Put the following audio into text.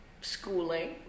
schooling